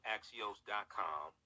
Axios.com